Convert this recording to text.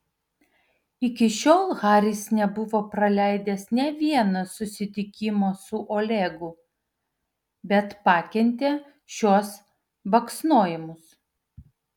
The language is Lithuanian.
iki šiol haris nebuvo praleidęs nė vieno susitikimo su olegu bet pakentė šiuos baksnojimus